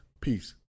Peace